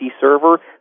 server